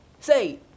Say